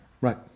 Right